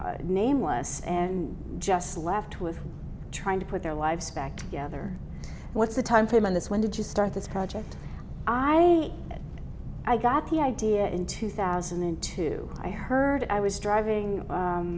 nameless and just left with trying to put their lives back together what's the timeframe on this when did you start this project i got the idea in two thousand and two i heard i was driving